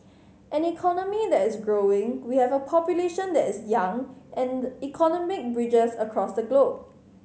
an economy that is growing we have a population that is young and economic bridges across the globe